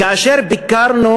כאשר ביקרנו